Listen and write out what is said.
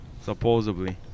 Supposedly